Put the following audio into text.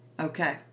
Okay